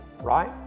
right